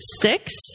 six